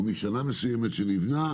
או משנה מסוימת שנבנה,